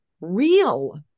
real